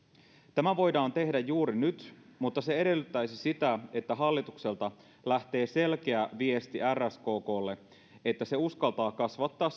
tämä voidaan tehdä juuri nyt mutta se edellyttäisi sitä että hallitukselta lähtee selkeä viesti rskklle että se uskaltaa kasvattaa